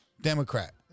Democrat